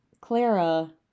Clara